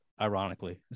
ironically